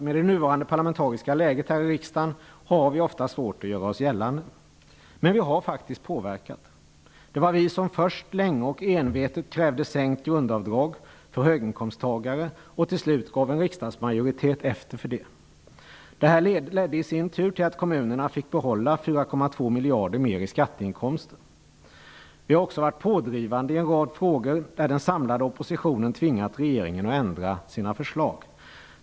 Med det nuvarande parlamentariska läget här i riksdagen har vi givetvis ofta svårt att göra oss gällande. Men vi har faktiskt påverkat. Det var vi som först, länge och envetet krävde sänkt grundavdrag för höginkomsttagare. Till slut gav en riksdagsmajoritet efter. Detta ledde i sin tur till att kommunerna fick behålla 4,2 miljarder mer i skatteinkomster. Vi har också varit pådrivande i en rad frågor, där den samlade oppositionen har tvingat regeringen att ändra sina förslag.